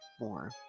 more